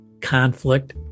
conflict